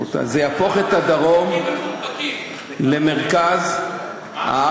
רבותי, זה יהפוך את הדרום למרכז הארץ.